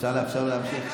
אפשר לאפשר לו להמשיך?